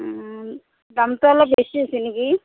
দামটো অলপ বেছি হৈছে নেকি